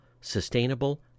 sustainable